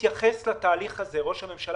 מסתכלים על כלכלה